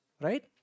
right